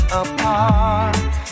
apart